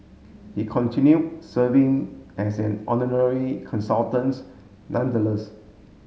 he continue serving as an honorary consultants nonetheless